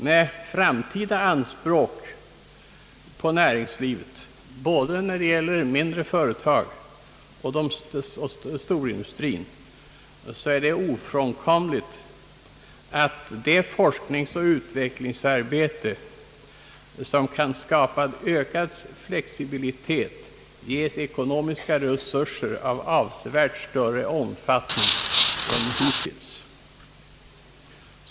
Med framtida anspråk på näringslivet — när det gäller både mindre företag och storindustrin — är det ofrånkomligt att det forskningsoch utvecklingsarbete som kan skapa ökad flexibilitet ges ekonomiska resurser av avsevärt större omfattning än hittills.